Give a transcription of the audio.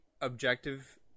objective